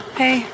hey